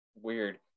weird